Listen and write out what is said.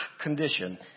condition